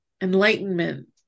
enlightenment